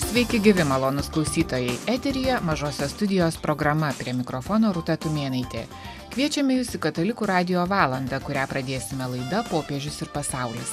sveiki gyvi malonūs klausytojai eteryje mažosios studijos programa prie mikrofono rūta tumėnaitė kviečiame jus į katalikų radijo valandą kurią pradėsime laida popiežius ir pasaulis